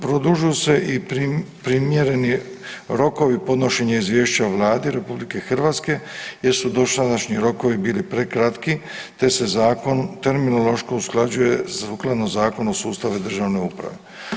Produžuju se i primjereni rokovi podnošenja izvješća Vladi RH jer su dosadašnji rokovi bili prekratki, te se zakon terminološko usklađuje sukladno Zakonu o sustavu državne uprave.